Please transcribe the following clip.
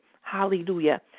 Hallelujah